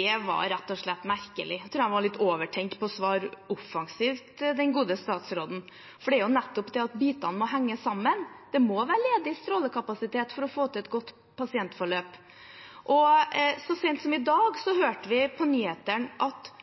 er rett og slett merkelig. Jeg tror han var litt overtent på å svare offensivt, den gode statsråden, for det er jo nettopp det at bitene henger sammen, og at det er ledig strålekapasitet, som må til for å få et godt pasientforløp. Så sent som i dag hørte vi på nyhetene at